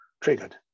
triggered